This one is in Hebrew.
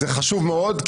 זה חשוב מאוד,